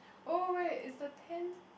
oh wait is the tent